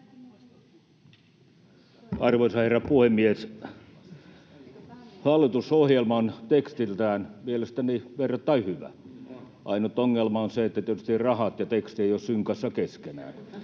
Arvoisa herra puhemies! Hallitusohjelma on tekstiltään mielestäni verrattain hyvä. Ainut ongelma on se, että tietysti rahat ja teksti eivät ole synkassa keskenään,